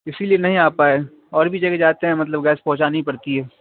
اسی لیے نہیں آ پائے اور بھی جگہ جاتے ہیں مطلب گیس پہنچانی پڑتی ہے